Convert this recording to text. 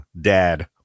dad